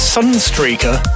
Sunstreaker